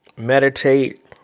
Meditate